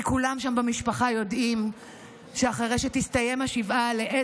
כי כולם שם במשפחה יודעים לאיזה מקום הם הולכים אחרי שתסתיים השבעה.